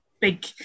big